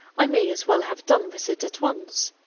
i may as well have done with it at once.